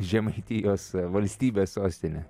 žemaitijos valstybės sostinė